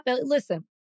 Listen